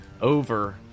over